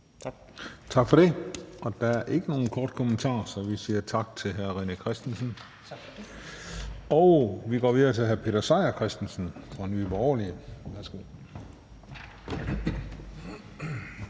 Tak for det. Der er ikke nogen korte bemærkninger. Så vi siger tak til hr. René Christensen, og vi går videre til hr. Peter Seier Christensen fra Nye Borgerlige. Værsgo.